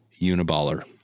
Uniballer